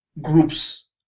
groups